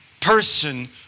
person